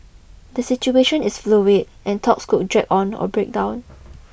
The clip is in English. the situation is fluid and talks could drag on or break down